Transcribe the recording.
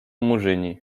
murzyni